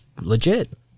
legit